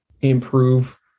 improve